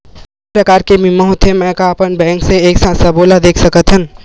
के प्रकार के बीमा होथे मै का अपन बैंक से एक साथ सबो ला देख सकथन?